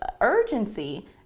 urgency